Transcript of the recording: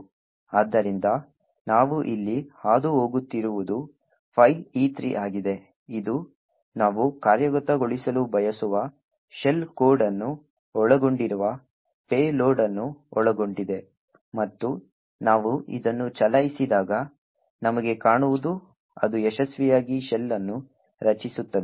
ಆದ್ದರಿಂದ ನಾವು ಇಲ್ಲಿ ಹಾದುಹೋಗುತ್ತಿರುವುದು ಫೈಲ್ E3 ಆಗಿದೆ ಇದು ನಾವು ಕಾರ್ಯಗತಗೊಳಿಸಲು ಬಯಸುವ ಶೆಲ್ ಕೋಡ್ ಅನ್ನು ಒಳಗೊಂಡಿರುವ ಪೇಲೋಡ್ ಅನ್ನು ಒಳಗೊಂಡಿದೆ ಮತ್ತು ನಾವು ಇದನ್ನು ಚಲಾಯಿಸಿದಾಗ ನಮಗೆ ಕಾಣುವುದು ಅದು ಯಶಸ್ವಿಯಾಗಿ ಶೆಲ್ ಅನ್ನು ರಚಿಸುತ್ತದೆ